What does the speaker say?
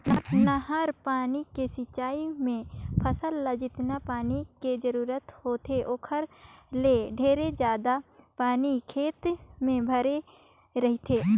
नहर पानी के सिंचई मे फसल ल जेतना पानी के जरूरत होथे ओखर ले ढेरे जादा पानी खेत म भरे रहथे